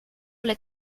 alle